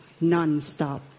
non-stop